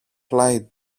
πλάι